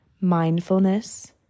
Mindfulness